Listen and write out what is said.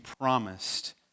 promised